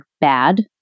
bad